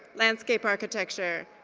landscape architecture,